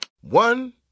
One